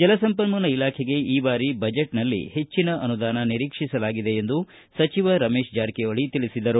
ಜಲಸಂಪನ್ನೂಲ ಇಲಾಖೆಗೆ ಈ ಬಾರಿ ಬಜೆಟ್ನಲ್ಲಿ ಹೆಚ್ಚನ ಅನುದಾನ ನಿರೀಕ್ಷಿಸಲಾಗಿದೆ ಎಂದು ಸಚಿವ ರಮೇಶ ಜಾರಕಿಹೊಳಿ ಹೇಳಿದರು